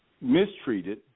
mistreated